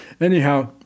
Anyhow